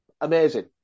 amazing